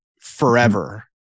forever